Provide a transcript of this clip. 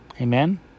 Amen